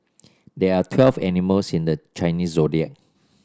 there are twelve animals in the Chinese Zodiac